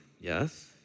Yes